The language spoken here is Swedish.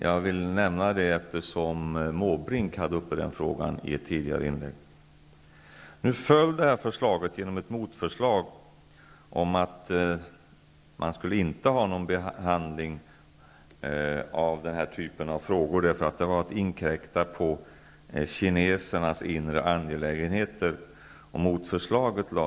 Jag vill nämna detta eftersom Bertil Måbrink hade den frågan uppe i ett tidigare inlägg. Det här förslaget föll emellertid på grund av ett motförslag om att man inte skulle ha någon behandling av den här typen av frågor, eftersom det inkräktade på kinesernas inre angelägenheter.